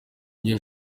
ryo